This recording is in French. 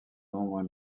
nombre